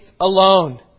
alone